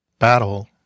battle